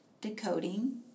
decoding